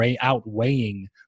outweighing